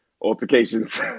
altercations